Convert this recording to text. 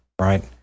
right